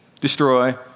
destroy